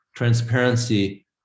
transparency